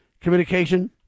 communication